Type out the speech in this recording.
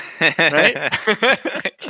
right